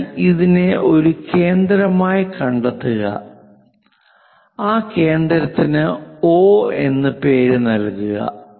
അതിനാൽ ഇതിനെ ഒരു കേന്ദ്രമായി കണ്ടെത്തുക ആ കേന്ദ്രത്തിന് O എന്ന് പേര് നൽകുക